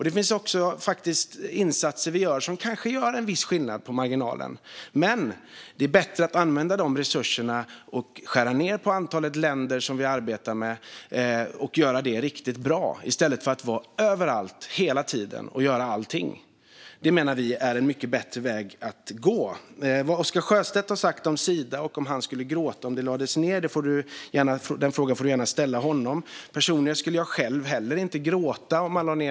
Det görs också insatser som kanske gör viss skillnad på marginalen. Men det är bättre att använda de resurserna till ett mindre antal länder som vi skär ned till. Då kan vi arbeta med dem och göra det riktigt bra, i stället för att vara överallt, hela tiden och göra allting. Det menar vi är en mycket bättre väg att gå. Vad Oscar Sjöstedt har sagt om Sida och om han skulle gråta om det lades ned får ledamoten gärna fråga honom. Personligen skulle jag inte gråta om Sida lades ned.